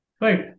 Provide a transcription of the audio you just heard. Right